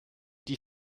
die